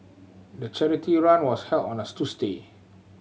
the charity run was held on a Tuesday